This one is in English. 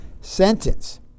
sentence